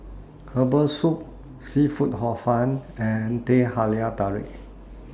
Herbal Soup Seafood Hor Fun and Teh Halia Tarik